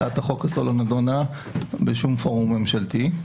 הצעת החוק הזאת לא נדונה בשום פורום ממשלתי.